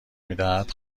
میدهد